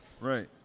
Right